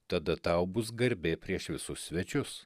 tada tau bus garbė prieš visus svečius